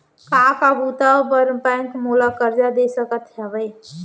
का का बुता बर बैंक मोला करजा दे सकत हवे?